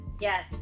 Yes